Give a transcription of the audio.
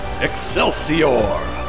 Excelsior